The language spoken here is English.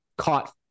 Caught